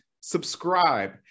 subscribe